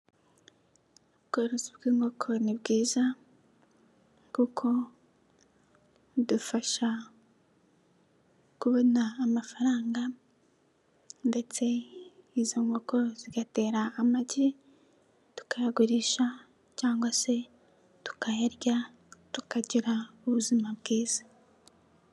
Ubworozi bw'inkoko ni bwiza kuko budufasha kubona amafaranga ndetse izo nkoko zigatera amagi tukayagurisha cyangwa se tukayarya tukagira ubuzima bwiza.